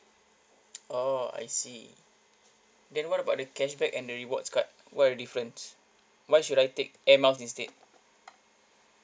oh I see then what about the cashback and the rewards card what are the difference why should I take air miles instead